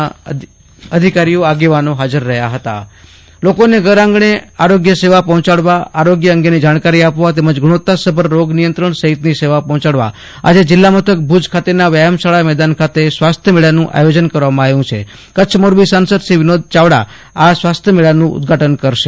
આસતોષ અંતાણી ભુજ સ્વાસ્થ્ય મેળા લોકોને ઘર આંગણે આરોગ્ય સેવા પહોચાડવા આરોગ્ય અંગેની જાણકારી આપવા તેમજ ગુણવતા ભાર રોગનિયત્રણ સફીત ની સેવા પફોચડવા આજે જિલા મથક ભુજ ખાતેના વ્યાયમશાળા મેદાન ખાતે સ્વાસ્થ્ય મેળાનું આયોજન કરવામાં આવ્યું છે કરછ મોરબીસાસંદ શ્રી વિનોદ ચાવડા આ સ્વાસ્થ્ય મેળાનું ઉદ્વાટન કરશે